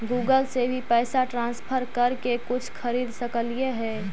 Google से भी पैसा ट्रांसफर कर के कुछ खरिद सकलिऐ हे?